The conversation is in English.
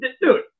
dude